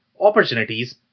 opportunities